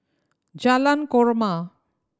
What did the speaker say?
Jalan Korma